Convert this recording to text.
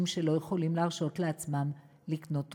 שלא יכולים להרשות לעצמם לקנות תרופות.